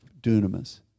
dunamis